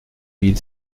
mille